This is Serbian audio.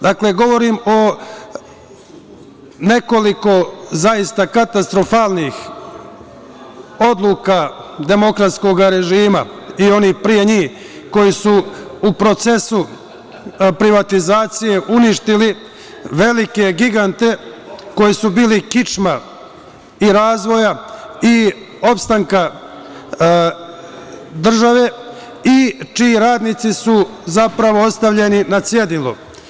Dakle, govorim o nekoliko zaista katastrofalnih odluka demokratskog režima i onih pre njih koji su u procesu privatizacije uništili velike gigante, koji su bili kičma i razvoja i opstanka države i čiji radnici su zapravo ostavljeni na cedilu.